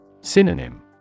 Synonym